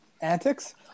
Antics